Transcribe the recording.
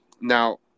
now